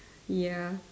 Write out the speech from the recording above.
ya